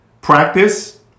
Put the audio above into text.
practice